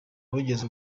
wigeze